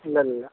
ഇല്ലില്ലില്ല